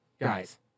guys